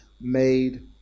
made